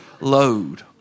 load